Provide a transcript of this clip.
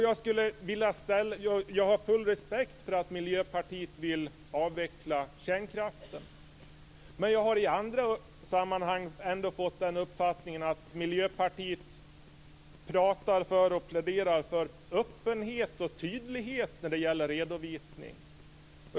Jag har full respekt för att Miljöpartiet vill avveckla kärnkraften. Men jag har i andra sammanhang ändå fått uppfattningen att Miljöpartiet talar och pläderar för öppenhet och tydlighet när det gäller redovisning.